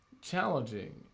challenging